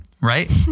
Right